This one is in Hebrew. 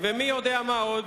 ומי יודע מה עוד.